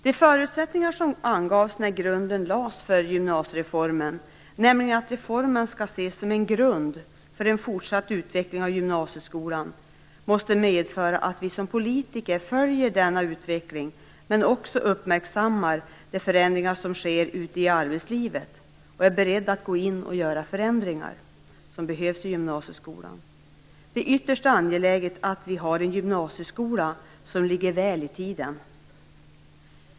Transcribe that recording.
De förutsättningar som angavs när grunden lades för gymnasiereformen, nämligen att reformen skall ses som en grund för en fortsatt utveckling av gymnasieskolan, måste medföra att vi som politiker följer denna utveckling. Men vi måste också uppmärksamma de förändringar som sker ute i arbetslivet och vara beredda att gå in och göra de förändringar som behövs i gymnasieskolan. Det är ytterst angeläget att vi har en gymnasieskola som ligger väl i tiden.